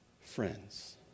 friends